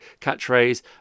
catchphrase